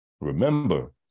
Remember